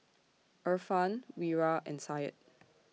Irfan Wira and Syed